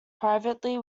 privately